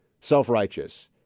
self-righteous